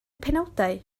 penawdau